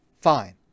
Fine